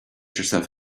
yourself